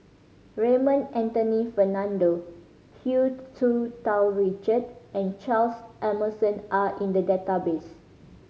Raymond Anthony Fernando Hu Tsu Tau Richard and Charles Emmerson are in the database